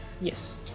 Yes